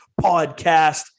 Podcast